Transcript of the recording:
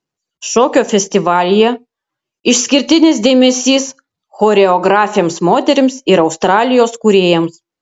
šokio festivalyje išskirtinis dėmesys choreografėms moterims ir australijos kūrėjams